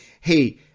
Hey